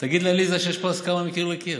תגיד לעליזה שיש פה הסכמה מקיר לקיר.